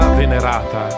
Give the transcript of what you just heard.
venerata